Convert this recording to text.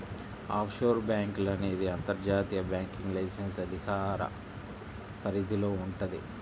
offshore బ్యేంకులు అనేది అంతర్జాతీయ బ్యాంకింగ్ లైసెన్స్ అధికార పరిధిలో వుంటది